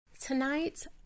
Tonight